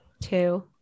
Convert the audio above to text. Two